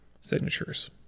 signatures